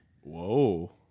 Whoa